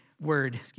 word